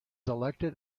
elected